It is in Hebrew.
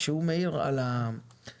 כשהוא מעיר על הזמינות,